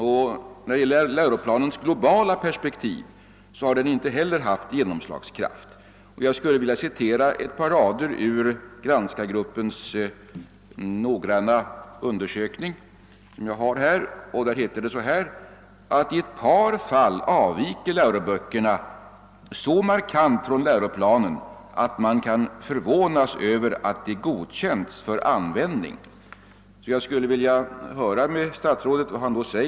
Inte heller läroplanens globala perspektiv har slagit igenom i de nämnda böckerna. Jag vill återge ett par rader ur granskargruppens noggranna undersökning, där det anförs att läroböckerna i ett par fall avviker så markant från läroplanen »att man kan förvånas över att de godkänts för användning». Jag skulle vilja höra vad statsrådet anser om detta.